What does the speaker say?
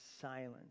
silence